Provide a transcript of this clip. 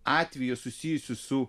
atvejo susijusio su